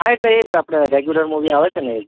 હા એટલે એ જ આપણે રેગ્યુલર મુવી આવે છે ને એ જ